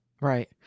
Right